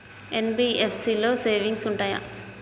NBFC లో savings ఉంటయా?